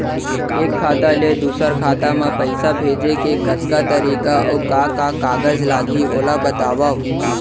एक खाता ले दूसर खाता मा पइसा भेजे के कतका तरीका अऊ का का कागज लागही ओला बतावव?